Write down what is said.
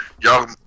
Y'all